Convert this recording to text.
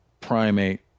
primate